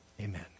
Amen